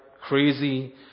crazy